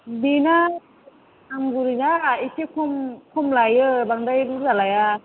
बेना आमगुरिबा एसे सम सम लायो बांद्राय बुरजा लाया